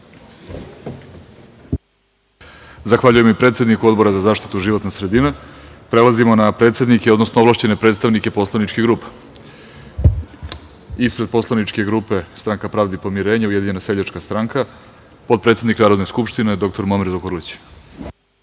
Zahvaljujem i predsedniku Odbora za zaštitu životne sredine. Prelazimo na predsednike, odnosno ovlašćene predstavnike poslaničkih grupa. Ispred Poslaničke grupe Stranka pravde i pomirenja - Ujedinjena seljačka stranka potpredsednik Narodne skupštine, dr Muamer Zukorlić.